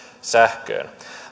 sähköön